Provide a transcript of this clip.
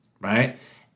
right